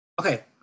Okay